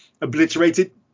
obliterated